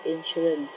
insurance